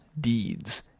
deeds